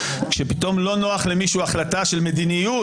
שפתאום לא נוח למישהו החלטה של מדיניות,